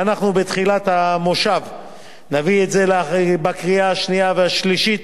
ובתחילת המושב נביא את זה לקריאה השנייה והשלישית.